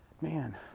man